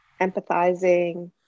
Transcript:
empathizing